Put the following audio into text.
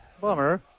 Bummer